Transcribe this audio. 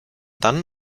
dann